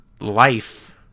life